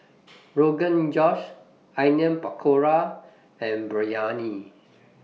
Rogan Josh Onion Pakora and Biryani